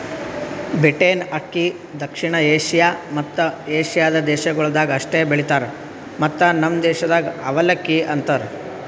beaten ಅಕ್ಕಿ ದಕ್ಷಿಣ Asia ಮತ್ತ ಏಷ್ಯಾದ ದೇಶಗೊಳ್ದಾಗ್ ಅಷ್ಟೆ ಬೆಳಿತಾರ್ ಮತ್ತ ನಮ್ ದೇಶದಾಗ್ ಅವಲಕ್ಕಿ ಅಂತರ್